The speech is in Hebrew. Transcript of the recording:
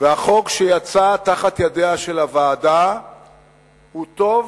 והחוק שיצא מתחת ידיה של הוועדה הוא טוב